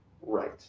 Right